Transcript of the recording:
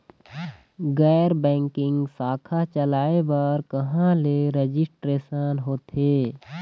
गैर बैंकिंग शाखा चलाए बर कहां ले रजिस्ट्रेशन होथे?